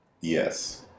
yes